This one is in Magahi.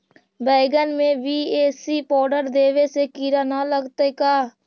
बैगन में बी.ए.सी पाउडर देबे से किड़ा न लगतै का?